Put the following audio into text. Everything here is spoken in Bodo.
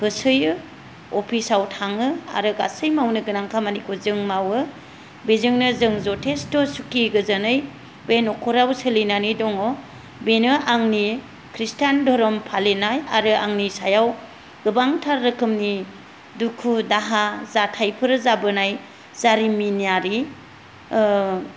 होसोयो अफिसाव थाङो आरो गासै मावनो गोनां खामानिखौ जों मावो बेजोंनो जों जथेस्थ' सुखि गोजोनै बे नखराबो सोलिनानै दङ बेनो आंनि ख्रिष्टान धरम फालिनाय आरो आंनि सायाव गोबांथार राखोमनि दुखु दाहा जाथाइफोर जाबोनाय जारिमिनारि